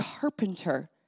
carpenter